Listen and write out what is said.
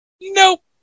Nope